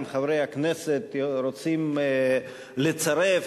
אם חברי הכנסת רוצים לצרף,